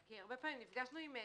הרבה פעמים נפגשנו עם דנציגר,